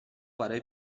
برای